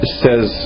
says